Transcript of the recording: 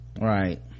right